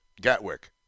Gatwick